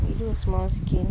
we do small scale